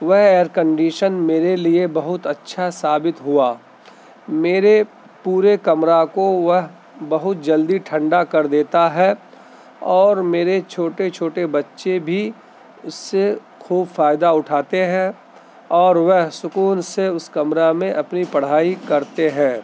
وہ air condition میرے لیے بہت اچھا ثابت ہوا میرے پورے کمرہ کو وہ بہت جلدی ٹھنڈا کر دیتا ہے اور میرے چھوٹے چھوٹے بچے بھی اس سے خوب فائدہ اٹھاتے ہیں اور وہ سکون سے اس کمرہ میں اپنی پڑھائی کرتے ہیں